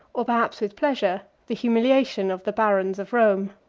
or perhaps with pleasure, the humiliation of the barons of rome.